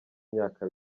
myaka